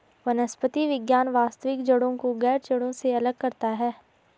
वनस्पति विज्ञान वास्तविक जड़ों को गैर जड़ों से अलग करता है